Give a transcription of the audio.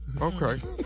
Okay